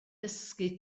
dysgu